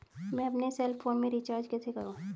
मैं अपने cell phone में रिचार्ज कैसे करूँ?